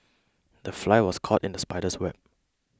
the fly was caught in the spider's web